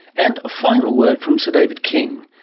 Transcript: and a final word from sir david king.